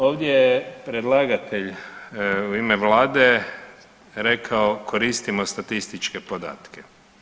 Ovdje je predlagatelj u ime vlade rekao koristimo statističke podatke.